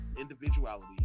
individuality